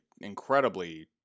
incredibly